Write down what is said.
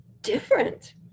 different